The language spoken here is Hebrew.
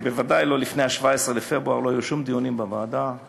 בוודאי לא יהיו שום דיונים בוועדה לפני 17 בפברואר.